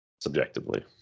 Subjectively